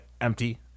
empty